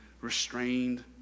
restrained